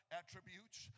attributes